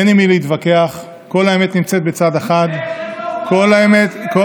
אין עם מי להתווכח, כל האמת נמצאת בצד אחד, לך,